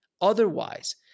otherwise